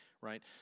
Right